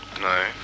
No